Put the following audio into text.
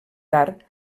tard